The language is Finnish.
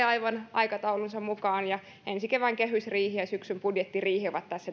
aivan aikataulunsa mukaan ja ensi kevään kehysriihi ja syksyn budjettiriihi ovat tässä